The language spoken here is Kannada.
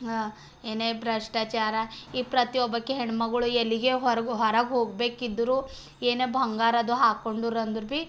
ಏನೇ ಭ್ರಷ್ಟಾಚಾರ ಈ ಪ್ರತಿ ಒಬ್ಬಾಕಿ ಹೆಣ್ಮಗಳು ಎಲ್ಲಿಗೆ ಹೊರ್ಗೆ ಹೊರಗೆ ಹೋಗಬೇಕಿದ್ದರೂ ಏನೇ ಬಂಗಾರ ಅದು ಹಾಕ್ಕೊಂಡ್ರು ಅಂದರೂ ಭೀ